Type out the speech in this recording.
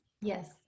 yes